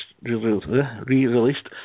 re-released